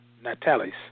natalis